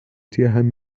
tierheim